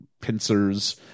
pincers